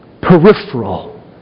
peripheral